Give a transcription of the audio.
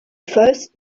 first